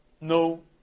no